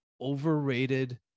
overrated